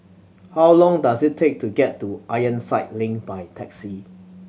how long does it take to get to Ironside Link by taxi